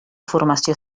formació